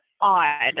odd